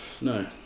no